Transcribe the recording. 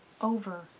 over